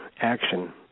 action